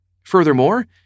Furthermore